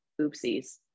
oopsies